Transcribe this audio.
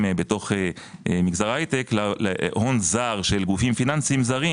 בתוך מגזר ההייטק להון זר של גופים פיננסיים זרים.